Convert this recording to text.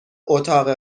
اتاق